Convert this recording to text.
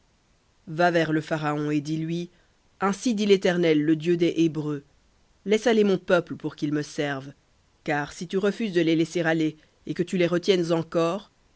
va vers le pharaon et dis-lui ainsi dit l'éternel le dieu des hébreux laisse aller mon peuple pour qu'ils me servent car si tu refuses de les laisser aller et que tu les retiennes encore